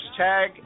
Hashtag